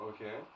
Okay